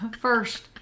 first